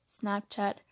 Snapchat